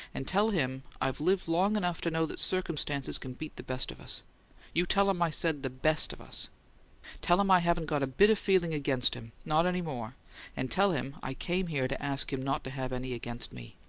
and tell him i've lived long enough to know that circumstances can beat the best of us you tell him i said the best of us tell him i haven't got a bit of feeling against him not any more and tell him i came here to ask him not to have any against me.